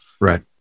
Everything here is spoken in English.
right